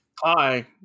hi